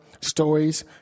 stories